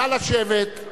נא לשבת.